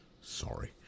Sorry